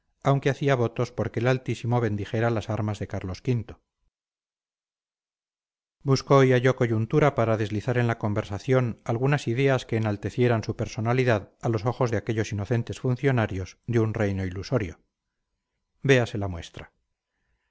aunque hacía votos porque el altísimo bendijera las armas de carlos v buscó y halló coyuntura para deslizar en la conversación algunas ideas que enaltecieran su personalidad a los ojos de aquellos inocentes funcionarios de un reino ilusorio véase la muestra